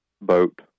boat